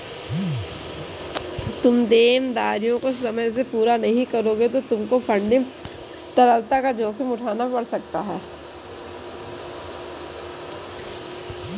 तुम देनदारियों को समय से पूरा नहीं करोगे तो तुमको फंडिंग तरलता का जोखिम उठाना पड़ सकता है